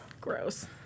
Gross